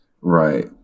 Right